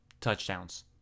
touchdowns